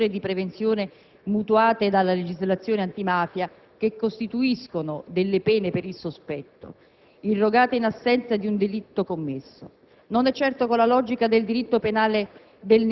all'inasprimento delle pene, alle misure di prevenzione mutuate dalla legislazione antimafia, che costituiscono delle pene per il sospetto, irrogate in assenza di un delitto commesso.